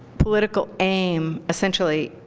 political aim essentially